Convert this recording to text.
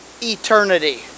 eternity